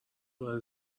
وارد